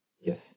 Yes